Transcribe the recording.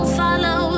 follow